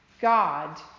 God